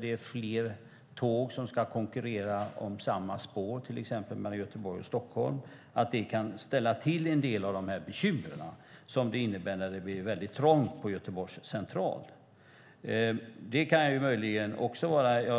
Det är fler tåg som ska konkurrera om samma spår mellan till exempel Göteborg och Stockholm, och det kan ställa till en del bekymmer och leda till att det blir väldigt trångt på Göteborgs central. Jag